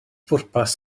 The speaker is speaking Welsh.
bwrpas